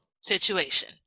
situation